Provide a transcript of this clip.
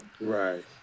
Right